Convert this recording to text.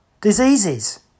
diseases